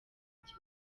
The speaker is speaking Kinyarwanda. mujyi